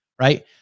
right